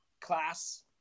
class